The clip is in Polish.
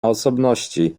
osobności